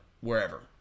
wherever